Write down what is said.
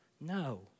No